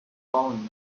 following